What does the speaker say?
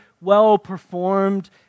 well-performed